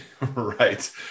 Right